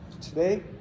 today